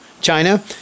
China